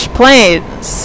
planes